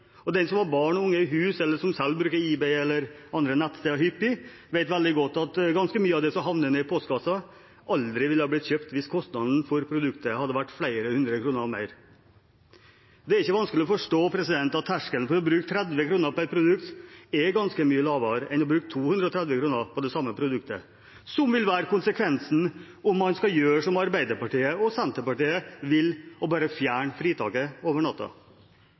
Den som har barn og unge i huset, eller som selv bruker eBay eller andre nettsteder hyppig, vet veldig godt at ganske mye av det som havner i postkassen, aldri ville ha blitt kjøpt hvis kostnaden for produktet hadde vært flere hundre kroner mer. Det er ikke vanskelig å forstå at terskelen for å bruke 30 kr på et produkt er ganske mye lavere enn å bruke 230 kr på det samme produktet, som vil være konsekvensen om man skal gjøre som Arbeiderpartiet og Senterpartiet vil, og bare fjerne fritaket over